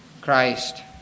Christ